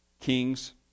kings